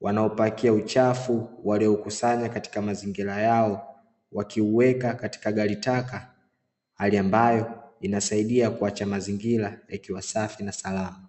wanaopakia uchafu walioukusanya katika mazingira yao, wakiuweka katika gari taka hali ambayo inasaidia kuacha mazingira yakiwa safi na salama.